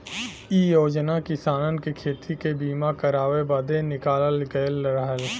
इ योजना किसानन के खेती के बीमा करावे बदे निकालल गयल रहल